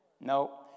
No